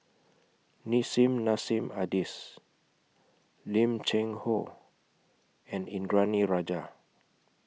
Nissim Nassim Adis Lim Cheng Hoe and Indranee Rajah